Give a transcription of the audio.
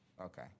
okay